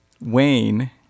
Wayne